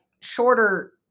shorter